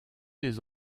des